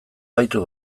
baitu